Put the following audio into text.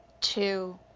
two,